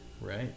Right